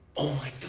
oh my